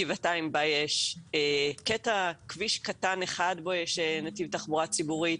גבעתיים בה יש קטע כביש קטן אחד בו יש נתיב תחבורה ציבורית,